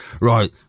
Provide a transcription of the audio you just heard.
Right